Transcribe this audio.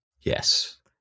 Yes